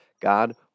God